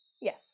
Yes